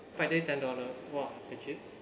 five day ten dollar !wah! actually